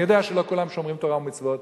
אני יודע שלא כולם שומרים תורה ומצוות,